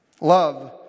Love